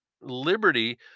liberty